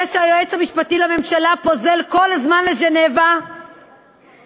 זה שהיועץ המשפטי לממשלה פוזל כל הזמן לז'נבה ומנותק